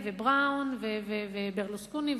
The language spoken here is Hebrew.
ובראון וברלוסקוני,